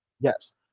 Yes